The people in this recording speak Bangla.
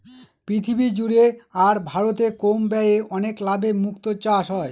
পৃথিবী জুড়ে আর ভারতে কম ব্যয়ে অনেক লাভে মুক্তো চাষ হয়